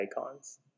icons